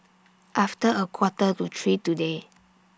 after A Quarter to three today